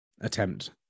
attempt